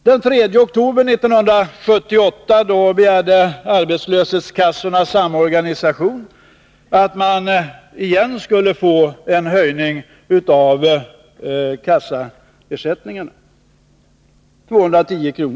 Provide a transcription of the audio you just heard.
Den 3 oktober 1978 begärde Arbetslöshetskassornas samorganisation att manigen skulle få höja kassaersättningarna, denna gång till maximalt 210 kr.